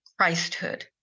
Christhood